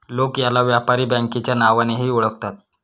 लोक याला व्यापारी बँकेच्या नावानेही ओळखतात